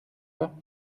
pas